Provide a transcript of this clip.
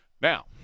Now